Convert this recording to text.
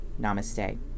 Namaste